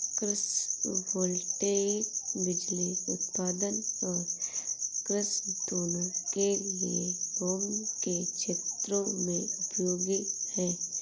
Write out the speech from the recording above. कृषि वोल्टेइक बिजली उत्पादन और कृषि दोनों के लिए भूमि के क्षेत्रों में उपयोगी है